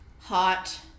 Hot